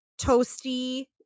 toasty